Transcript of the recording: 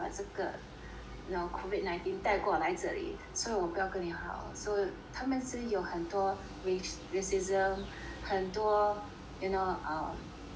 now COVID nineteen 带过来这里所有我不要跟你好 so 他们是有很多 rac~ racism 很多 you know um